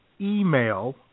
email